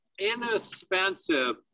inexpensive